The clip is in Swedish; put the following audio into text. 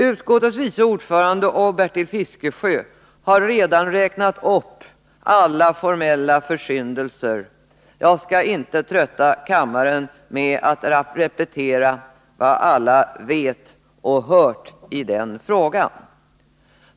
Utskottets vice ordförande och Bertil Fiskesjö har redan räknat upp alla formella försyndelser. Jag skall inte trötta kammaren med att repetera vad alla vet och hört i den här frågan.